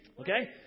Okay